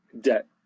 debt